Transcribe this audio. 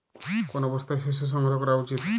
কোন অবস্থায় শস্য সংগ্রহ করা উচিৎ?